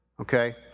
okay